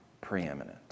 preeminent